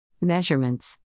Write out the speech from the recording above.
Measurements